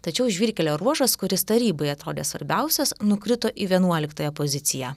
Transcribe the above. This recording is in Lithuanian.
tačiau žvyrkelio ruožas kuris tarybai atrodė svarbiausias nukrito į vienuoliktąją poziciją